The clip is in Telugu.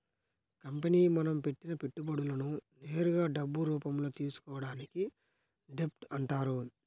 కంపెనీ మనం పెట్టిన పెట్టుబడులను నేరుగా డబ్బు రూపంలో తీసుకోవడాన్ని డెబ్ట్ అంటారు